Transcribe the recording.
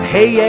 Hey